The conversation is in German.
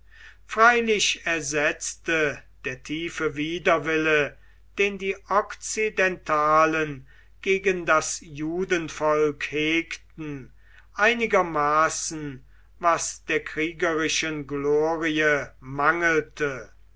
freilich ersetzte der tiefe widerwille den die okzidentalen gegen das judenvolk hegten einigermaßen was der kriegerischen glorie mangelte